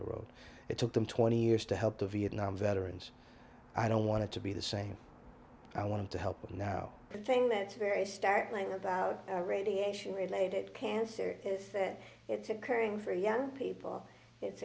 the road it took them twenty years to help the vietnam veterans i don't want to be the same i want to help now the thing that's very startling about radiation related cancer is that it's occurring for young people it's